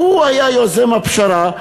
שהוא היה יוזם הפשרה,